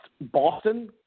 Boston